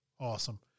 Awesome